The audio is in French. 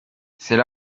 c’est